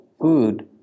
food